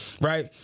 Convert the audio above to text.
Right